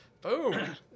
Boom